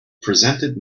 presented